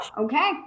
okay